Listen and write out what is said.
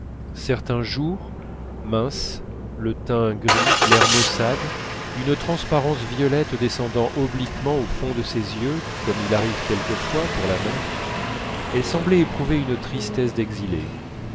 certains jours mince le teint gris l'air maussade une transparence violette descendant obliquement au fond de ses yeux comme il arrive quelquefois pour la mer elle semblait éprouver une tristesse d'exilée